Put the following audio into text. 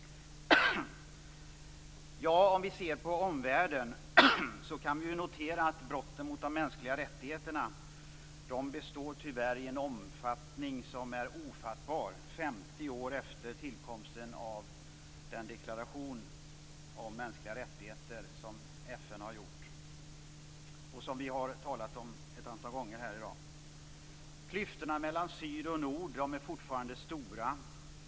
Om vi ser på omvärlden kan vi notera att brotten mot de mänskliga rättigheterna tyvärr består i en omfattning som är ofattbar 50 år efter tillkomsten av den deklaration om mänskliga rättigheter som FN har gjort och som vi har talat om ett antal gånger här i dag. Klyftorna mellan syd och nord är fortfarande stora.